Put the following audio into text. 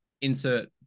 insert